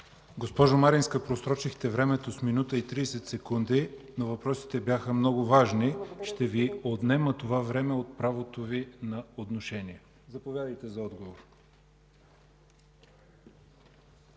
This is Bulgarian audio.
Госпожо Маринска, просрочихте времето с минута и 30 секунди, но въпросите бяха много важни. Ще Ви отнема това време от правото Ви на отношение. Заповядайте за отговор.